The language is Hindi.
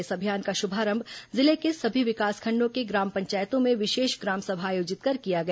इस अभियान का शुभारंभ जिले के सभी विकासखंडों के ग्राम पंचायतों में विशेष ग्राम सभा आयोजित कर किया गया